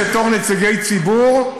בתור נציגי ציבור,